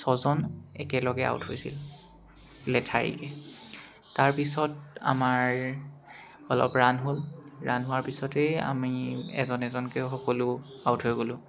ছজন একেলগে আউট হৈছিল লেঠাৰিকৈ তাৰপিছত আমাৰ অলপ ৰাণ হ'ল ৰাণ হোৱাৰ পিছতেই আমি এজন এজনকৈ সকলো আউট হৈ গ'লোঁ